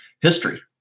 history